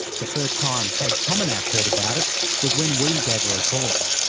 the first time kate tominac heard about it was when we gave her a call.